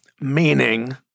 meaning